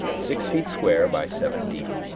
six feet square by seven deep,